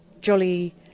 jolly